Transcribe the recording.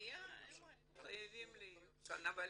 --- הם היו חייבים להיות כאן, אבל